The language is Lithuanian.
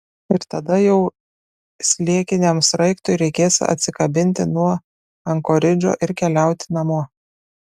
ir tada jau sliekiniam sraigtui reikės atsikabinti nuo ankoridžo ir keliauti namo